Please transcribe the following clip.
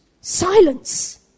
Silence